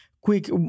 quick